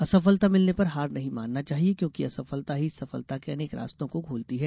असफलता मिलने पर हार नहीं मानना चाहिए क्योंकि असफलता ही सफलता के अनेक रास्तों को खोलती है